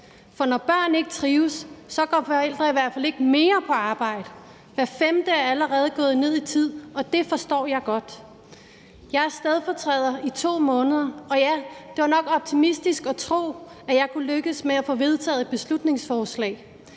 For når børn ikke trives, går forældre i hvert fald ikke mere på arbejde. Hver femte er allerede gået ned i tid, og det forstår jeg godt. Jeg er stedfortræder i 2 måneder, og ja, det var nok optimistisk at tro, at jeg kunne lykkes med at få vedtaget et beslutningsforslag.